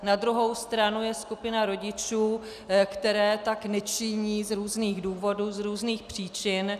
Na druhou stranu je skupina rodičů, kteří tak nečiní z různých důvodů, z různých příčin.